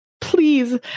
please